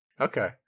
Okay